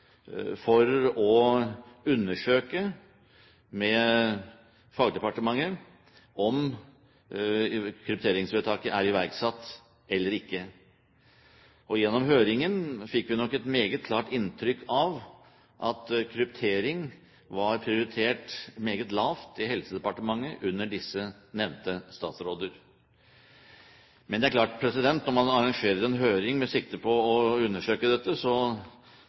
å undersøke med fagdepartementet om krypteringsvedtaket er iverksatt eller ikke. Gjennom høringen fikk vi nok et meget klart inntrykk av at kryptering var prioritert meget lavt i Helsedepartementet under de nevnte statsråder. Men det er klart at når man arrangerer en høring med sikte på å undersøke dette,